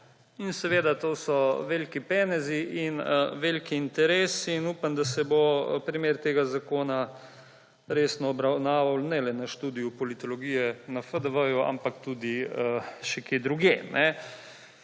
in seveda to so veliki penezi in veliki interesi in upam, da se bo primer tega zakona resno obravnaval ne le na študiju politologije na FDV, ampak tudi še kje drugje.